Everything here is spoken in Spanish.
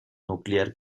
nuclear